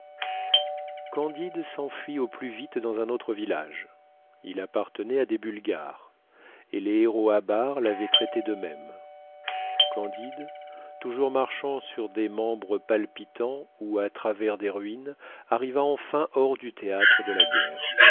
candide s'enfuit au plus vite dans un autre village il appartenait à des bulgares et les héros abares l'avaient traité de même candide toujours marchant sur des membres palpitants ou à travers des ruines arriva enfin hors du théâtre de la guerre